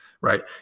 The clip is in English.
right